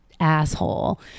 asshole